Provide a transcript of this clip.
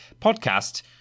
Podcast